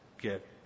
get